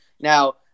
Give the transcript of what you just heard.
Now